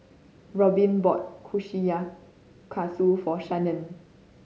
Robbin bought Kushikatsu for Shannen